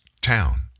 town